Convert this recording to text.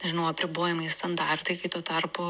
nežinau apribojimai standartai kai tuo tarpu